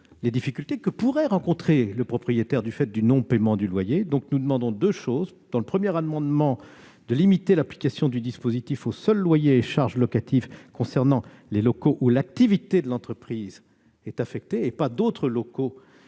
les difficultés que pourrait rencontrer le propriétaire du fait du non-paiement du loyer. Par conséquent, nous souhaitons limiter l'application du dispositif aux seuls loyers et charges locatives concernant les locaux où l'activité de l'entreprise est affectée, et non à d'autres locaux